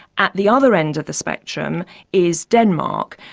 at the other end of the spectrum is denmark,